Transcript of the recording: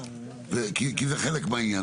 כי זה חלק מהעניין.